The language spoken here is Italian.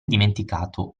dimenticato